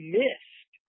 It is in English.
missed